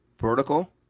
Vertical